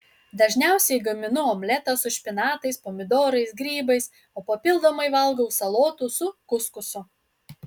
dažniausiai gaminu omletą su špinatais pomidorais grybais o papildomai valgau salotų su kuskusu